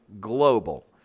global